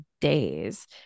days